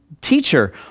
teacher